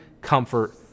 comfort